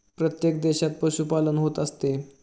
प्रत्येक देशात पशुपालन होत असते